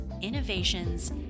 innovations